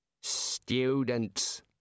Students